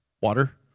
water